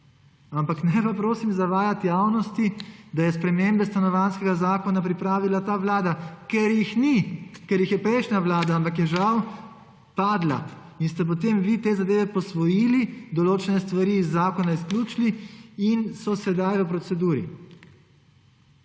Ampak ne pa, prosim, zavajati javnosti, da je spremembe Stanovanjskega zakona pripravila ta vlada, ker jih ni! Ker jih je prejšnja vlada, ampak je žal padla in ste potem vi te zadeve posvojili, določene stvari iz zakona izključili in so sedaj v proceduri.